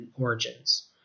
origins